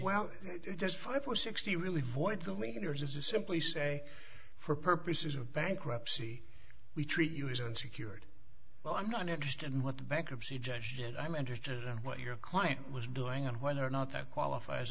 well just five or sixty really void two meters of the simply say for purposes of bankruptcy we treat you as an unsecured well i'm not interested in what bankruptcy judge and i'm interested in what your client was doing and whether or not that qualifies